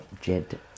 Jed